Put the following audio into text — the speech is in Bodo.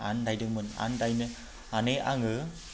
आन्दायदोंमोन आन्दानो माने आङो